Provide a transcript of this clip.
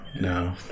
no